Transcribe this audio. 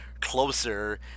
closer